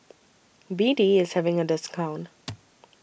B D IS having A discount